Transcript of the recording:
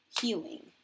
healing